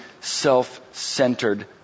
self-centered